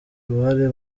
uruhare